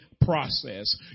process